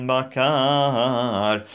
Bakar